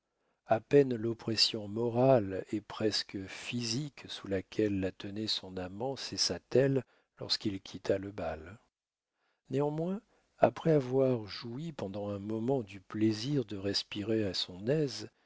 a peine l'oppression morale et presque physique sous laquelle la tenait son amant cessa t elle lorsqu'il quitta le bal néanmoins après avoir joui pendant un moment du plaisir de respirer à son aise